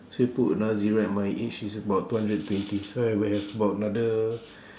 so you put another zero at my age is about two hundred and twenty so I will have about another